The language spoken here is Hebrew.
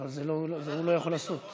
את זה הוא לא יכול לעשות.